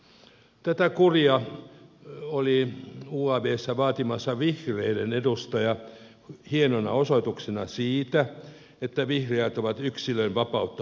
tätä kuria oli uavssä vaatimassa vihreiden edustaja hienona osoituksena siitä että vihreät ovat yksilönvapautta puolustava ryhmä